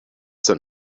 sent